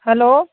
hello